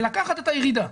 ולקחת את הירידה.